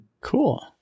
Cool